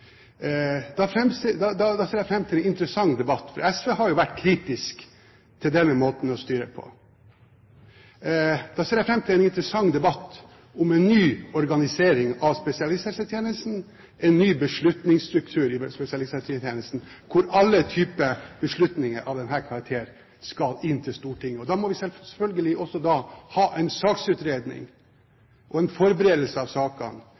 Da framtrer en interessant debatt, og SV har jo vært kritisk til denne måten å styre på. Da ser jeg fram til en interessant debatt om en ny organisering av spesialisthelsetjenesten – en ny beslutningsstruktur i spesialisthelsetjenesten hvor alle typer beslutninger av denne karakter skal inn til Stortinget. Da må vi selvfølgelig også ha en saksutredning og en forberedelse av sakene